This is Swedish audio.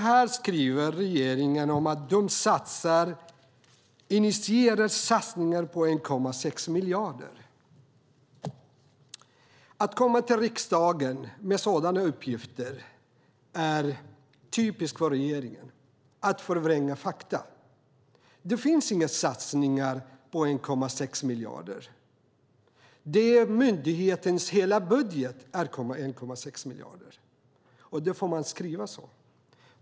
Här skriver regeringen alltså om initierade satsningar på 1,6 miljarder. Det är typiskt för regeringen att komma till riksdagen med sådana uppgifter. Man förvränger fakta. Det finns inga satsningar på 1,6 miljarder. Myndighetens hela budget är 1,6 miljarder. Då får man inte skriva så.